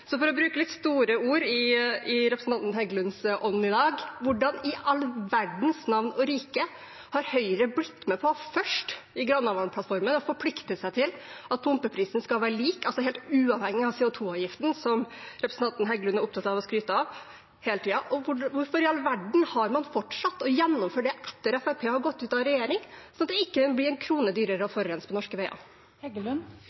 For å bruke litt store ord, i representanten Heggelunds ånd: Hvordan i all verdens land og rike har Høyre blitt med på først i Granavolden-plattformen å forplikte seg til at pumpeprisen skal være lik, altså helt uavhengig av CO 2 -avgiften som representanten Heggelund er opptatt av å skryte av hele tiden? Hvorfor i all verden har man fortsatt med å gjennomføre det etter at Fremskrittspartiet har gått ut av regjering, slik at det ikke blir en krone dyrere å